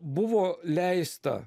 buvo leista